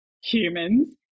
humans